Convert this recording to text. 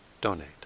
donate